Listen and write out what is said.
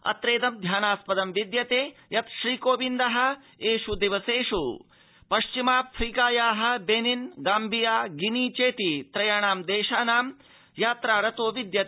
अत्रेदं ध्यानास्पदं विद्यते यत् श्रीकोविन्दः एष् दिवसेष् पश्चिमाफ्रीकायाः बेनिन् गाम्बिया गिनी चेति त्रयाणां राष्ट्राणां यात्रा रतोऽस्ति